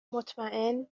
مطمئن